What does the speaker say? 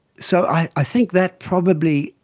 so i i think that probably,